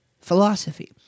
philosophy